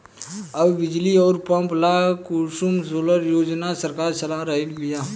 अब बिजली अउर पंप ला कुसुम सोलर योजना सरकार चला रहल बिया